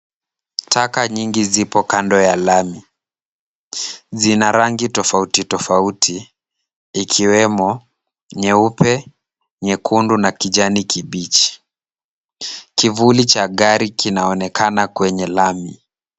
Taka nyingi zipo kando ya lami. Zina rangi tofauti tofauti, ikiwemo nyeupe, nyekundu na kijani kibichi. Kivuli cha gari kinaonekana kwenye lami.